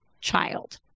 child